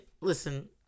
listen